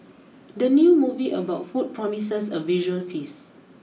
the new movie about food promises a visual feast